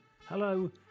hello